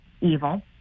evil